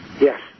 Yes